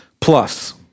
plus